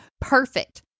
perfect